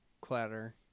clatter